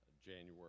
January